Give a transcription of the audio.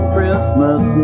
Christmas